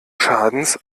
schadens